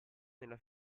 nella